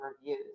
reviews